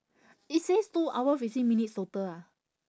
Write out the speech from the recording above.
it says two hour fifteen minutes total ah